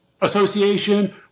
association